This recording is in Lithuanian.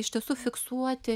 iš tiesų fiksuoti